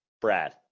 Brad